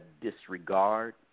disregard